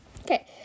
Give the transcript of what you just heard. Okay